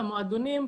למועדונים,